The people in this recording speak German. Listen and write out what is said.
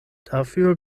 dafür